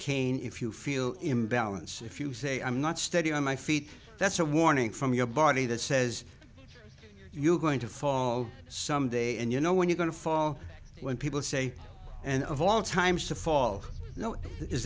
cane if you feel imbalance if you say i'm not steady on my feet that's a warning from your body that says you're going to fall someday and you know when you're going to fall when people say and of all times to fall you know is